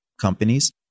companies